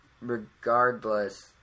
regardless